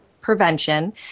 Prevention